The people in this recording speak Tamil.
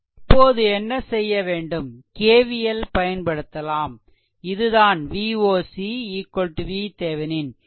இப்போது என்ன செய்யவேண்டும் KVL பயன்படுத்தலாம் இது தான் Voc VThevenin